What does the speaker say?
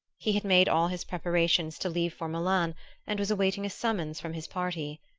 he had made all his preparations to leave for milan and was awaiting a summons from his party.